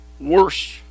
worse